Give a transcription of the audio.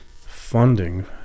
funding